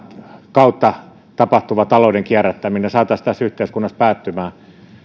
kautta tapahtuva talouden kierrättäminen saataisiin tässä yhteiskunnassa päättymään